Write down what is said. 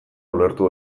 ulertu